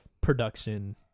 production